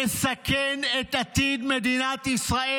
שמסכן את עתיד מדינת ישראל,